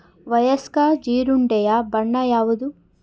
ವಯಸ್ಕ ಜೀರುಂಡೆಯ ಬಣ್ಣ ಯಾವುದು?